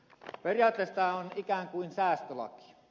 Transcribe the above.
periaatteessa tämä on ikään kuin säästölaki